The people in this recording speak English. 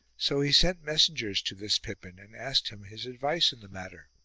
so he sent messengers to this pippin and asked him his advice in the matter.